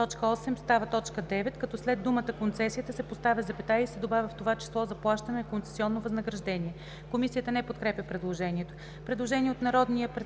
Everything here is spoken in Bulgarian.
Комисията не подкрепя предложението.